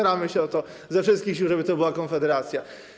Staramy się o to ze wszystkich sił, żeby to była Konfederacja.